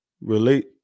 relate